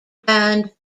band